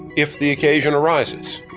if the occasion arises